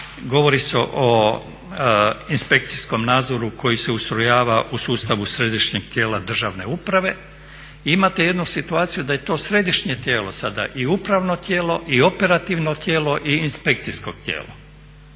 govori se o inspekcijskom nadzoru koji se ustrojava u sustavu središnjeg tijela državne uprave i imate jednu situaciju da je to središnje tijelo sada i upravno tijelo i operativno tijelo i inspekcijsko tijelo.